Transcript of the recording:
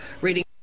reading